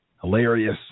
hilarious